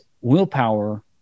willpower